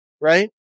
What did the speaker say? right